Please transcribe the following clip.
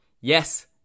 Yes